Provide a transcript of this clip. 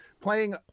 playing